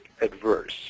adverse